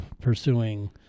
pursuing